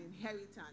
inheritance